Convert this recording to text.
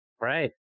Right